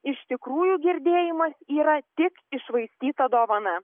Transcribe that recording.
iš tikrųjų girdėjimas yra tik iššvaistyta dovana